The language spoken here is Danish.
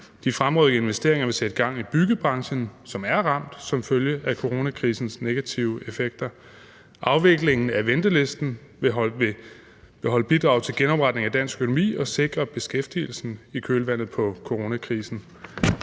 de fremrykkede investeringer ved at sætte gang i byggebranchen, som er ramt som følge af coronakrisens negative effekter. Afviklingen af ventelisten vil bidrage til genopretning af dansk økonomi og sikre beskæftigelsen i kølvandet på coronakrisen.